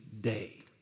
day